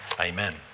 Amen